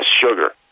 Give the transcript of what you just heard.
sugar